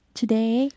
today